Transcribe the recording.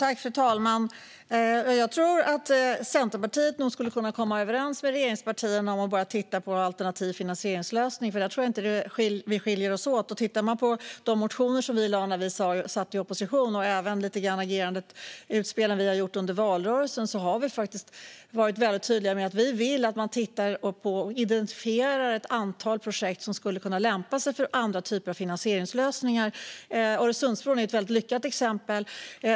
Fru talman! Jag tror att Centerpartiet skulle kunna komma överens med regeringspartierna om att börja titta på en alternativ finansieringslösning. Jag tror inte att vi skiljer oss åt där. Den som tittar på de motioner som vi väckte när vi satt i opposition, och även lite grann på de utspel vi gjorde under valrörelsen, ser att vi faktiskt har varit tydliga med att vi vill att man identifierar ett antal projekt som skulle kunna lämpa sig för andra typer av finansieringslösningar. Öresundsbron är ett väldigt lyckat exempel.